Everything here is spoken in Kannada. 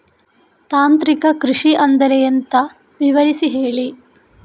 ತಾಂತ್ರಿಕ ಕೃಷಿ ಅಂದ್ರೆ ಎಂತ ವಿವರಿಸಿ ಹೇಳಿ